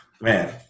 Man